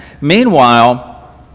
Meanwhile